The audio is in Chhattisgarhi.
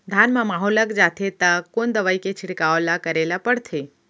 धान म माहो लग जाथे त कोन दवई के छिड़काव ल करे ल पड़थे?